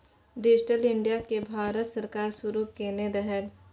digital India केँ भारत सरकार शुरू केने रहय